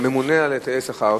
הממונה על היטלי סחר,